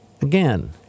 Again